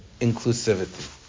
inclusivity